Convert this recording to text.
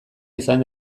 izan